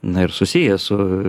na ir susiję su